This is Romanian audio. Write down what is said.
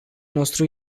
nostru